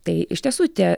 tai iš tiesų tie